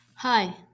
Hi